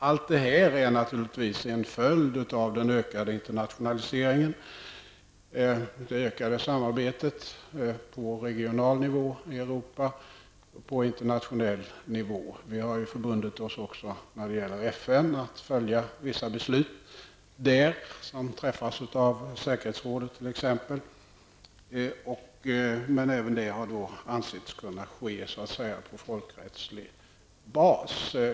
Allt detta är naturligtvis en följd av den ökade internationaliseringen -- det ökade samarbetet på regional nivå i Europa och på internationell nivå. Vi har också när det gäller FN förbundit oss att följa vissa beslut som fattas av t.ex. säkerhetsrådet. Men även det har ansetts kunna ske så att säga på folkrättslig bas.